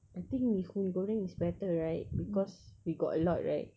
I think mi hoon goreng is better right because we got a lot right